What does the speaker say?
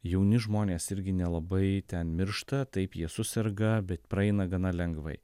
jauni žmonės irgi nelabai ten miršta taip jie suserga bet praeina gana lengvai